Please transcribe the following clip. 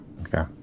okay